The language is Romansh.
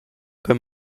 quei